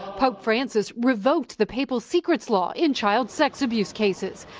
pope francis revoked the papal secrets law in child sex abuse cases,